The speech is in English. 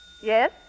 Yes